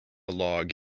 log